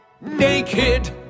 Naked